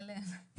אהלן.